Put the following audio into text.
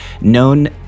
known